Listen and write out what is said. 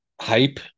hype